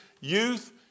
youth